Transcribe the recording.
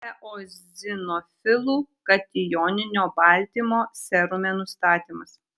eozinofilų katijoninio baltymo serume nustatymas